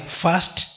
first